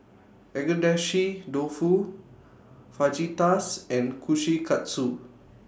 Agedashi Dofu Fajitas and Kushikatsu